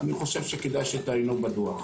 אני חושב שכדאי שתעיינו בדוח.